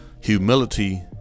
Humility